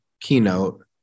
keynote